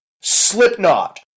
Slipknot